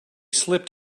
slipped